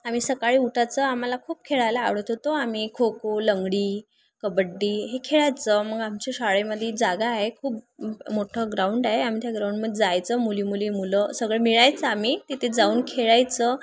आम्ही सकाळी उठाचं आम्हाला खूप खेळायला आवडत होतो आम्ही खो खो लंगडी कबड्डी हे खेळायचं मग आमच्या शाळेमध्ये जागा आहे खूप मोठं ग्राउंड आहे आम्ही त्या ग्राउंडमध्ये जायचं मुली मुली मुलं सगळं मिळायचं आम्ही तिथे जाऊन खेळायचं